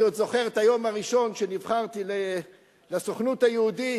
אני עוד זוכר את היום הראשון שנבחרתי לסוכנות היהודית.